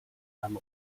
einem